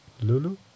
Lulu